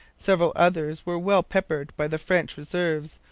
several others were well peppered by the french reserves,